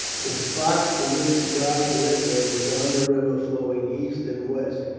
the spot to which the guide led them was on the river flowing east and west,